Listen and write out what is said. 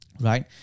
right